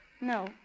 No